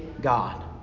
God